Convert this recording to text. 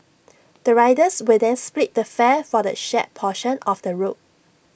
the riders will then split the fare for the shared portion of the route